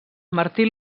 martí